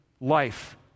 life